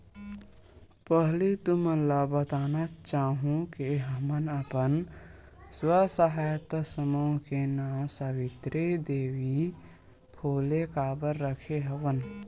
पहिली तुमन ल बताना चाहूँ के हमन अपन स्व सहायता समूह के नांव सावित्री देवी फूले काबर रखे हवन